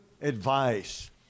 advice